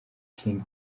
king